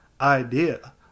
idea